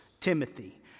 Timothy